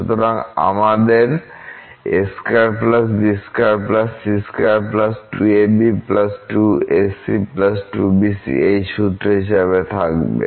সুতরাং আমাদের a2 b2 c2 2ab 2ac 2bc এই সূত্র হিসাবে থাকবে